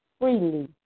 freely